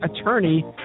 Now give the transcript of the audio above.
attorney